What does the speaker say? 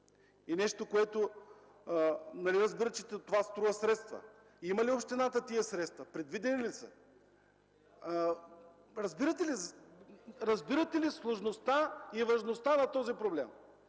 ще се случи? Нали разбирате, че това струва средства? Има ли общината тези средства? Предвидени ли са? Разбирате ли сложността и важността на този проблем?